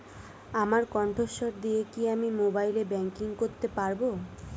আমার কন্ঠস্বর দিয়ে কি আমি মোবাইলে ব্যাংকিং করতে পারবো?